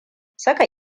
saka